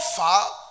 offer